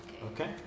Okay